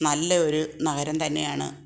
നല്ലയൊരു നഗരം തന്നെയാണ്